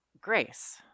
Grace